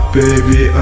baby